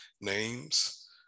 names